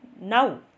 Now